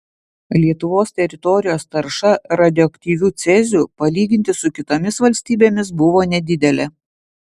lietuvos teritorijos tarša radioaktyviu ceziu palyginti su kitomis valstybėmis buvo nedidelė